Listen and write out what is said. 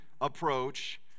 approach